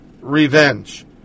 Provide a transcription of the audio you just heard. revenge